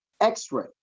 x-ray